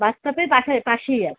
বাস স্টপের পাশে পাশেই আছে